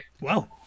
Wow